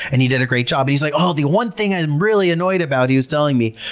and he did a great job. he's like, oh, the one thing i'm really annoyed about, he was telling me,